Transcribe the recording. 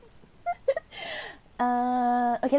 err okay